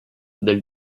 del